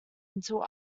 until